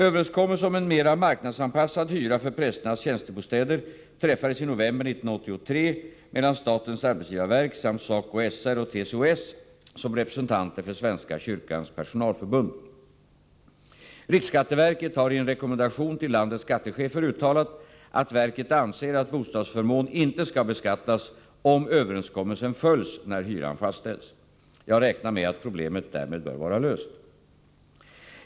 Överenskommelse om en mera marknadsanpassad hyra för prästernas tjänstebostäder träffades i november 1983 mellan statens arbetsgivarverk samt SACO/SR och TCO-S som representanter för Svenska kyrkans personalförbund. Riksskatteverket har i en rekommendation till landets skattechefer uttalat att verket anser att bostadsförmån inte skall beskattas om överenskommelsen följs när hyran fastställs. Jag räknar med att problemet därmed bör vara löst.